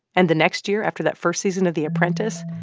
and the next year after that first season of the apprentice,